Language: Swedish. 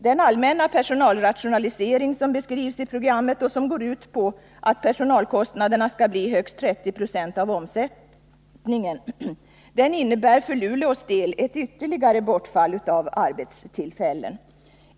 Den allmänna personalrationalisering som beskrivs i programmet och som går ut på att personalkostnaderna skall bli högst 30 76 av omsättningen innebär för Luleås del ett ytterligare bortfall av arbetstillfällen.